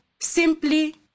simply